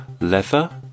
Leather